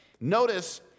Notice